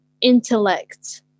intellect